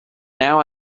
now